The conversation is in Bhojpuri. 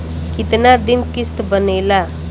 कितना दिन किस्त बनेला?